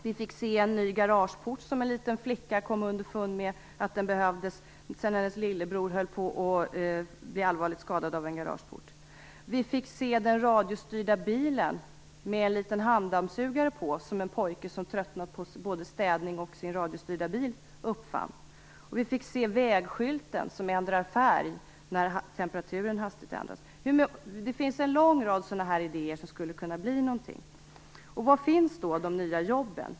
Vi fick se en ny garageport som en liten flicka kom underfund med behövdes sedan hennes lillebror var nära att skadas allvarligt av en garageport. Vi fick se den radiostyrda bilen med en liten handdammsugare på som en liten pojke, som tröttnat på både städning och sin radiostyrda bil, uppfunnit. Och vi fick se vägskylten som ändrar färg när temperaturen hastigt ändras. Det finns en lång rad idéer som skulle kunna bli något. Var finns de nya jobben?